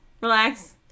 relax